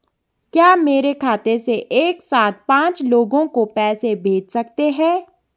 क्या मेरे खाते से एक साथ पांच लोगों को पैसे भेजे जा सकते हैं?